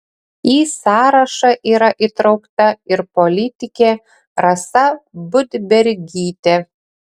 į sąrašą yra įtraukta ir politikė rasa budbergytė